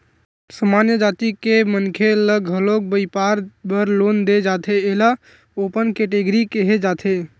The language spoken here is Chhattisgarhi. सामान्य जाति के मनखे ल घलो बइपार बर लोन दे जाथे एला ओपन केटेगरी केहे जाथे